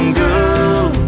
girl